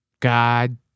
God